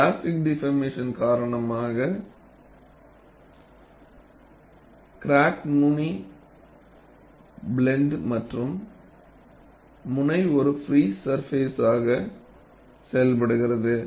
plastic deformation காரணமாக crack நுனி blunt மற்றும் முனை ஒரு ஃப்ரீ சர்பேசாக செயல்படுகிறது